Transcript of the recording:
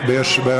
בטח, איזו ועדה?